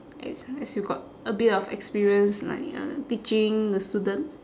as as you got a bit of experience like uh teaching the student